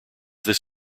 this